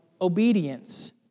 obedience